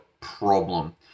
problem